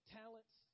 talents